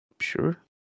Sure